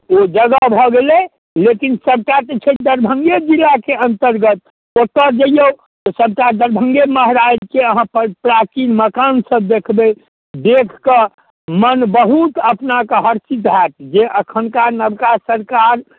से जगह भऽ गेलै लेकिन सभटा तऽ छै दरभङ्गे जिलाके अन्तर्गत ओतय जैऔ तऽ सभटा दरभङ्गे महाराजके अहाँ प प्राचीन मकानसभ देखबै देखि कऽ मन बहुत अपनाके हर्षित हएत जे एखुनका नवका सरकार